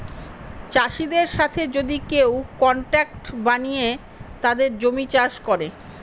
চাষীদের সাথে যদি কেউ কন্ট্রাক্ট বানিয়ে তাদের জমি চাষ করে